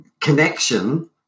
connection